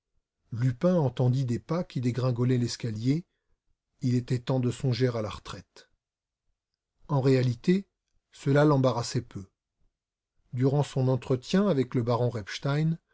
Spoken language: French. lupin entendit des pas qui dégringolaient l'escalier il était temps de songer à la retraite en réalité cela l'embarrassait peu durant son entretien avec le baron